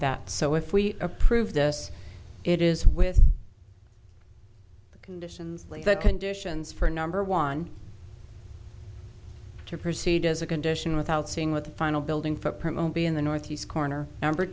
that so if we approve this it is with the conditions the conditions for number one to proceed as a condition without seeing with the final building footprint be in the northeast corner number